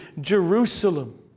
Jerusalem